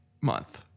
month